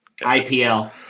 IPL